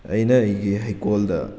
ꯑꯩꯅ ꯑꯩꯒꯤ ꯍꯩꯀꯣꯜꯗ